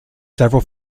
several